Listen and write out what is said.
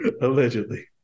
Allegedly